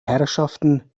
herrschaften